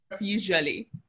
usually